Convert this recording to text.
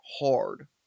hard